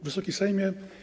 Wysoki Sejmie!